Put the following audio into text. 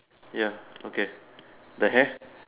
ya okay the hair